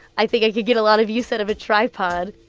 i think i could get a lot of use out of a tripod.